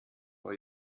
vor